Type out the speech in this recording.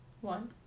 One